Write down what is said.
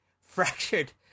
fractured